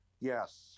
yes